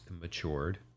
matured